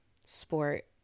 sport